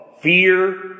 fear